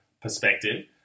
perspective